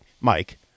Mike